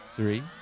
Three